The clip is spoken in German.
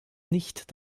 nicht